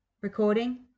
Recording